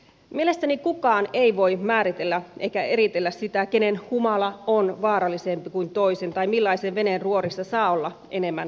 mielestäni kukaan ei voi määritellä eikä eritellä sitä kenen humala on vaarallisempi kuin toisen tai millaisen veneen ruorissa saa olla enemmän humalassa